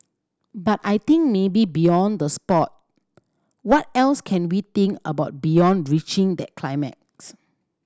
but I think maybe beyond the sport what else can we think about beyond reaching that climax